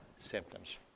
symptoms